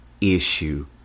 issue